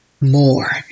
more